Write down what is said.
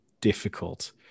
difficult